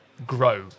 grow